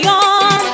on